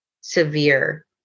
severe